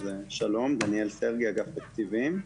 שלום, דניאל סרגי, אגף תקציבים.